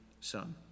son